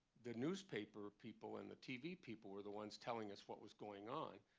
the newspaper people and the tv people were the ones telling us what was going on,